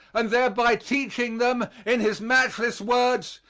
and thereby teaching them, in his matchless words,